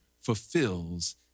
fulfills